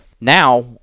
now